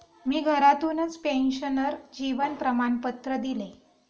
मी घरातूनच पेन्शनर जीवन प्रमाणपत्र दिले